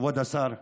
כבוד השר,